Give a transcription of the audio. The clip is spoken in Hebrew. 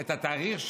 את התאריך שלה?